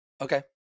Okay